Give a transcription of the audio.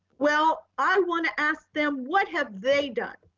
well, i wanna ask them, what have they done?